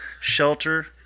shelter